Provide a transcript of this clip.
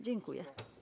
Dziękuję.